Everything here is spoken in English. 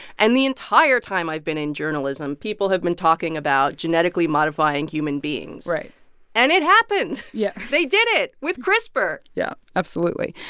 and the entire time i've been in journalism, people have been talking about genetically modifying human beings. and it happened. yeah they did it with crispr yeah, absolutely.